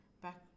back